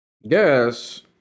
yes